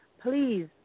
please